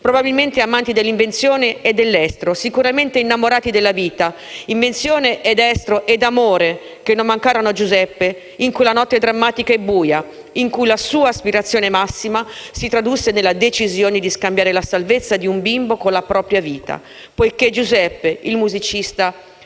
probabilmente amanti dell'invenzione e dell'estro, sicuramente innamorati della vita. Invenzione, estro e amore non mancarono a Giuseppe in quella notte drammatica e buia in cui la sua aspirazione massima si tradusse nella decisione di cambiare la salvezza di un bimbo con la propria vita, poiché Giuseppe, il musicista,